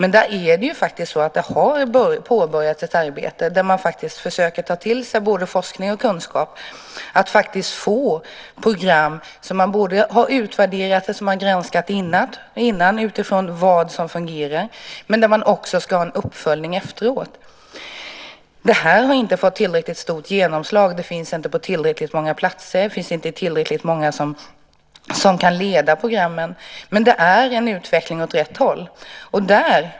Nu har det påbörjats ett arbete där man försöker ta till sig forskning och kunskap och fått program för att utvärdera och granska vad som fungerar och också ha en uppföljning efteråt. Det här har inte fått tillräckligt stort genomslag. Det finns inte på tillräckligt många platser, och det finns inte tillräckligt många som kan leda programmen, men det är en utveckling åt rätt håll.